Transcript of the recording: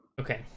Okay